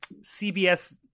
CBS